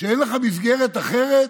כשאין לך מסגרת אחרת?